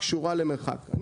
אני